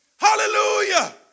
Hallelujah